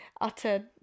utter